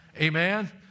Amen